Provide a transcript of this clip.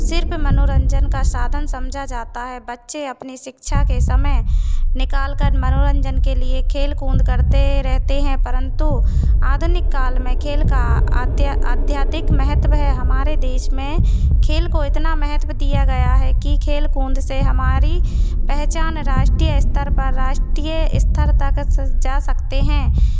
सिर्फ मनोरंजन का साधन समझा जाता है बच्चे अपनी शिक्षा के समय निकालकर मनोरंजन के लिए खेल कूद करते रहते हैं परन्तु आधुनिक काल में खेल का आध्यात्मिक महत्त्व है हमारे देश में खेल को इतना महत्त्व दिया जाता गया है कि खेल कूद से हमारी पहचान राष्ट्रीय स्तर पर राष्ट्रीय स्तर तक जा सकते हैं